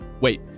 Wait